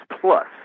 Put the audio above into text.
plus